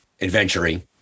adventuring